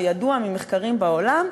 שידוע ממחקרים בעולם,